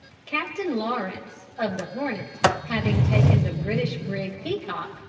captain lawrence, of the hornet, having taken the british brig peacock,